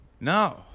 No